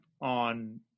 on